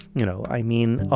you know, i mean,